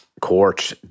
court